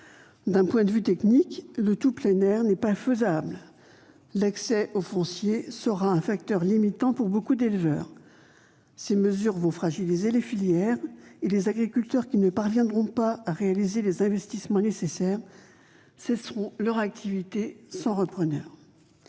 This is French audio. D'un point de vue technique, le tout plein air n'est pas faisable : l'accès au foncier sera un facteur limitant pour nombre d'éleveurs. Ces mesures vont fragiliser les filières, et les agriculteurs qui ne parviendront pas à réaliser les investissements nécessaires cesseront leur activité, sans repreneur.